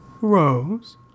Rose